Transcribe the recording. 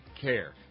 care